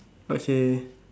okay